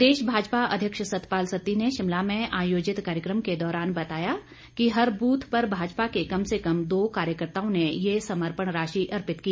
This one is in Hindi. प्रदेश भाजपा अध्यक्ष सतपाल सत्ती ने शिमला में आयोजित कार्यक्रम के दौरान बताया कि हर बूथ पर भाजपा के कम से कम दो कार्यकर्ताओं ने ये सर्म्पण राशि अर्पित की